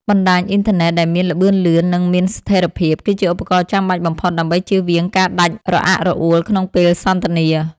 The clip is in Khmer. បណ្តាញអ៊ីនធឺណិតដែលមានល្បឿនលឿន និងមានស្ថិរភាព គឺជាឧបករណ៍ចាំបាច់បំផុតដើម្បីជៀសវាងការដាច់រអាក់រអួលក្នុងពេលសន្ទនា។